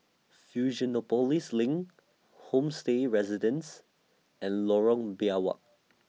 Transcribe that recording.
Fusionopolis LINK Homestay Residences and Lorong Biawak